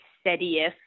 steadiest